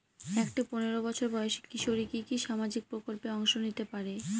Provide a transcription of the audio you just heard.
একটি পোনেরো বছর বয়সি কিশোরী কি কি সামাজিক প্রকল্পে অংশ নিতে পারে?